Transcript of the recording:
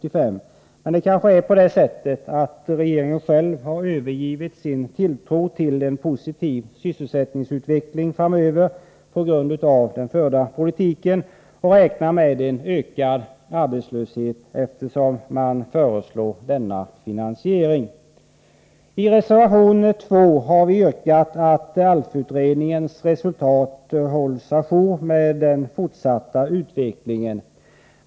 Men det är kanske på det sättet att regeringen själv har övergivit sin tilltro till en positiv sysselsättningsutveckling framöver på grund av den förda politiken och räknar med en ökad arbetslöshet, eftersom den föreslår denna finansiering. I reservation 2 har vi yrkat att ALF-utredningens resultat hålls å jour med den fortsatta utvecklingen.